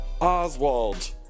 Oswald